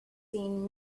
seen